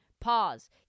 pause